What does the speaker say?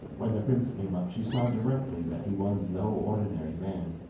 when the prince came up she saw directly that he was no ordinary man,